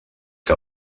que